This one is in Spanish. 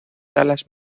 dallas